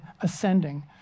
ascending